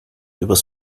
übers